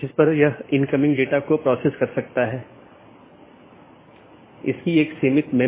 इसलिए आज हम BGP प्रोटोकॉल की मूल विशेषताओं पर चर्चा करेंगे